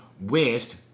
west